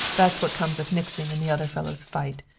that's what comes of mixing in the other fellow's fight.